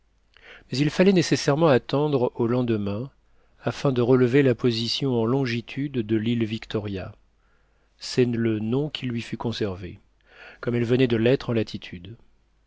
mais il fallait nécessairement attendre au lendemain afin de relever la position en longitude de l'île victoria c'est le nom qui lui fut conservé comme elle venait de l'être